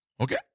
Okay